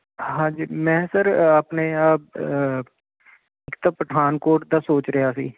ਹਾਂਜੀ ਮੈਂ ਸਰ ਆਪਣੇ ਇੱਕ ਤਾਂ ਪਠਾਨਕੋਟ ਦਾ ਸੋਚ ਰਿਹਾ ਸੀ